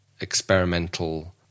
experimental